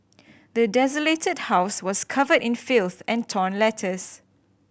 the desolated house was covered in filth and torn letters